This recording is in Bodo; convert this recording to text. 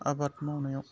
आबाद मावनायाव